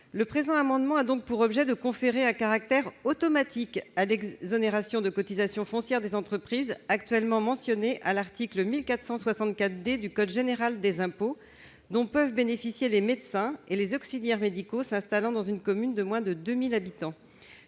Le présent amendement a donc pour objet de conférer un caractère automatique à l'exonération de cotisation foncière des entreprises actuellement mentionnée à l'article 1464 D du code général des impôts, dont peuvent bénéficier les médecins et les auxiliaires médicaux s'installant dans une commune de moins de 2 000 habitants,